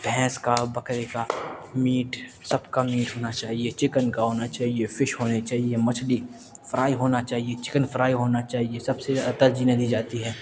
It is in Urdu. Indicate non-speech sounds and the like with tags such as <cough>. بھنیس کا بکرے کا میٹ سب کا میٹ ہونا چاہیے چکن کا ہونا چاہیے فش ہونے چاہیے مچھلی فرائی ہونا چاہیے چکن فرائی ہونا چاہیے سب سے <unintelligible> ترجیح انہیں دی جاتی ہے